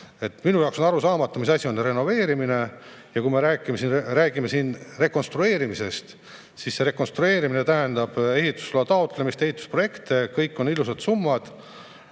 Minu jaoks on arusaamatu, mis asi on renoveerimine. Ja kui me räägime siin rekonstrueerimisest, siis see tähendab ehitusloa taotlemist, ehitusprojekte, kõik on ilusad summad,